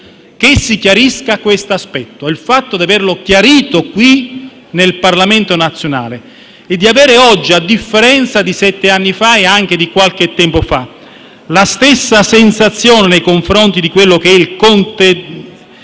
che si chiarisca questo aspetto. Il fatto di aver chiarito qui nel Parlamento nazionale e di avere oggi, a differenza di sette anni fa e anche di qualche tempo fa, la stessa sensazione nei confronti del contendente